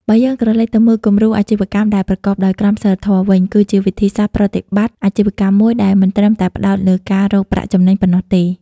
បើយើងក្រឡេកទៅមើលគំរូអាជីវកម្មដែលប្រកបដោយក្រមសីលធម៌វិញ គឺជាវិធីសាស្រ្តប្រតិបត្តិអាជីវកម្មមួយដែលមិនត្រឹមតែផ្តោតលើការរកប្រាក់ចំណេញប៉ុណ្ណោះទេ ។